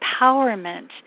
empowerment